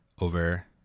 over